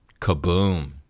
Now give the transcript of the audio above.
Kaboom